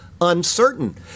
uncertain